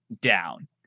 down